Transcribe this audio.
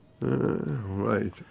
Right